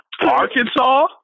Arkansas